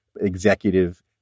executive